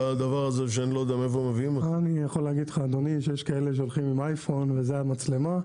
אני יכול להגיד לך אדוני שיש כאלה שהולכים עם אייפון וזו המצלמה,